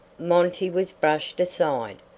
monty was brushed aside,